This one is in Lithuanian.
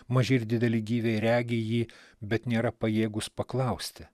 maži ir dideli gyviai regi jį bet nėra pajėgūs paklausti